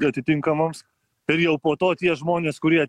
atitinkamoms ir jau po to tie žmonės kurie